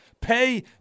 Pay